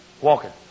Walking